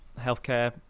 healthcare